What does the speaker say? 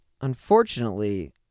unfortunately